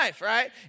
Right